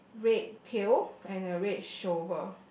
red pail and a red shovel